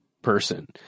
person